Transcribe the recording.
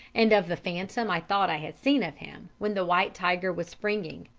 and of the phantom i thought i had seen of him, when the white tiger was springing.